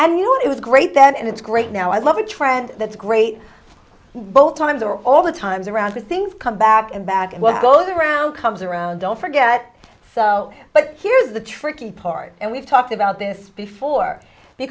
and you know it was great then and it's great now i love a trend that's great both times are all the times around things come back and back and what goes around comes around don't forget but here's the tricky part and we've talked about this before